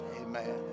amen